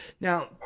Now